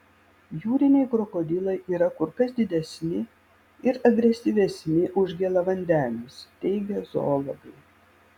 jūriniai krokodilai yra kur kas didesni ir agresyvesni už gėlavandenius teigia zoologai